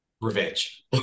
revenge